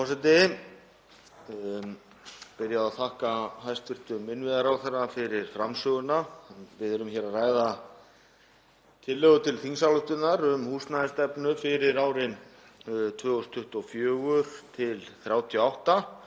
Frú forseti. Ég vil byrja á að þakka hæstv. innviðaráðherra fyrir framsöguna. Við erum hér að ræða tillögu til þingsályktunar um húsnæðisstefnu fyrir árin 2024–2038